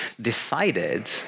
decided